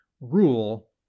rule